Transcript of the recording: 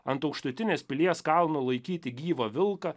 ant aukštutinės pilies kalno laikyti gyvą vilką